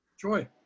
Joy